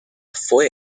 fue